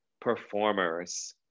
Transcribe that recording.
performers